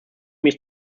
mich